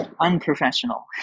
unprofessional